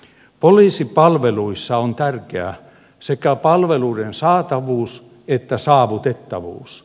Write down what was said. poliisipalveluissa on tärkeää sekä palveluiden saatavuus että saavutettavuus